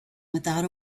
without